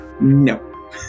No